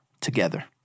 together